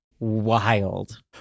wild